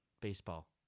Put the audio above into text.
Baseball